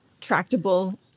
tractable